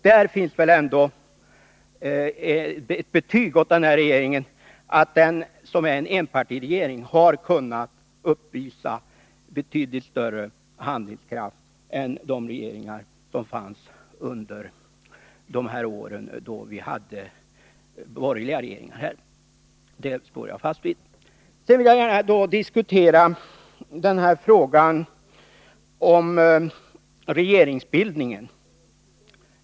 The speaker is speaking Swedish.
Det innebär väl ändå att vi får ge den nu sittande regeringen ett gott betyg eftersom den — trots att den är en enpartiregering — har kunnat uppvisa betydligt större handlingskraft än de regeringar som fanns under de borgerliga regeringsåren. Det står jag fast vid. Sen vill jag gärna diskutera frågan om regeringsbildningen.